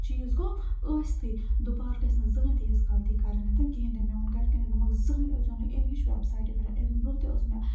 چیٖز گوٚو ٲسۍتھٕے دُبارٕ گژھِ نہٕ زٕہٕنۍ تہِ یِژھ غلطی کَرٕنٮ۪تھ کِہیٖنۍ تہِ نہٕ مےٚ ووٚن گَرِکٮ۪ن ہے دوٚپمَکھ زٕہٕنۍ ٲسۍزیو نہٕ اَمہِ ہِش وٮ۪بسایٹہِ پٮ۪ٹھ اَمہِ برٛونٛہہ تہِ ٲس مےٚ